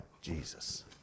Jesus